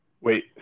Wait